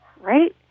right